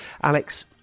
Alex